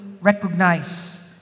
recognize